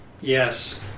Yes